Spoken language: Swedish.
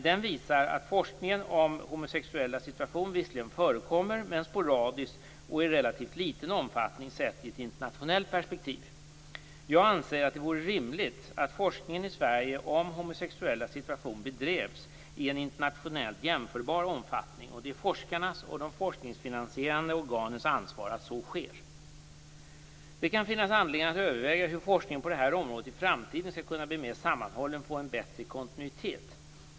Den visar att forskning om homosexuellas situation visserligen förekommer men sporadiskt och i relativt liten omfattning sett i ett internationellt perspektiv. Jag anser att det vore rimligt att forskningen i Sverige om homosexuellas situation bedrevs i en internationellt jämförbar omfattning. Det är forskarnas och de forskningsfinansierande organens ansvar att så sker. Det kan finnas anledning att överväga hur forskningen på detta område i framtiden skall kunna bli mer sammanhållen och få en bättre kontinuitet.